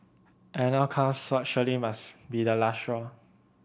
and now comes what surely must be the last straw